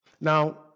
Now